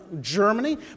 Germany